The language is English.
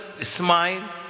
smile